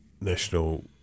national